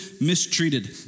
mistreated